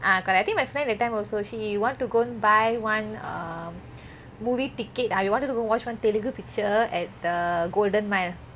ah correct I think my friend that time also she want to go buy one um movie ticket ah we wanted to go watch one telungu picture at the golden mile